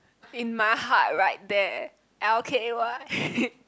in my heart right there l_k_y